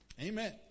Amen